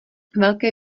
velké